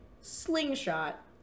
slingshot